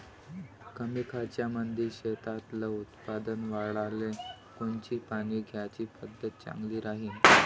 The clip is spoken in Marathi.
कमी खर्चामंदी शेतातलं उत्पादन वाढाले कोनची पानी द्याची पद्धत चांगली राहीन?